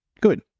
Good